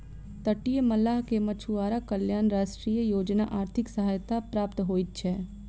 तटीय मल्लाह के मछुआरा कल्याण राष्ट्रीय योजना आर्थिक सहायता प्राप्त होइत छै